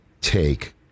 take